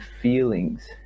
feelings